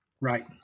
Right